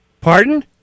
Pardon